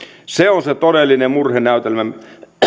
se on se todellinen murhenäytelmä